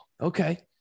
Okay